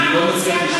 אז היא לא באה?